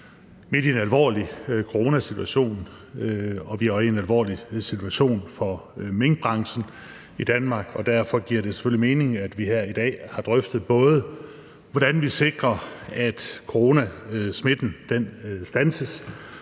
midt i en alvorlig coronasituation, og vi er i en alvorlig situation for minkbranchen i Danmark, og derfor giver det selvfølgelig mening, at vi her i dag har drøftet, hvordan vi sikrer, at smitten fra syge,